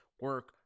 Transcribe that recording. Work